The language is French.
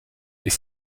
est